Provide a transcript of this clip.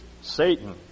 Satan